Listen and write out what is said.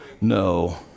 no